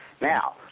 Now